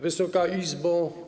Wysoka Izbo!